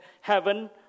heaven